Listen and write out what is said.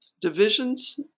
divisions